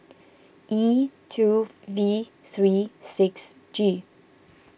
E two V three six G